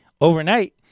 overnight